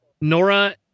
Nora